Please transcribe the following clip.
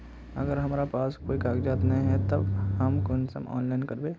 अगर हमरा पास कोई कागजात नय है तब हम कुंसम ऑनलाइन करबे?